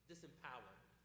Disempowered